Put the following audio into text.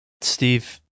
Steve